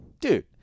Dude